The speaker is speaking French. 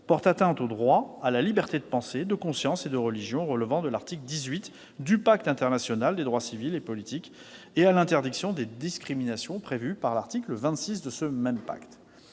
porte atteinte au droit à la liberté de pensée, de conscience et de religion résultant de l'article 18 du Pacte international relatif aux droits civils et politiques, et à l'interdiction des discriminations prévue par l'article 26 de ce même pacte.